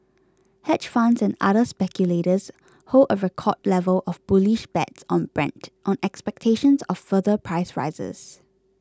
hedge funds and other speculators hold a record level of bullish bets on Brent on expectations of further price rises